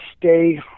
stay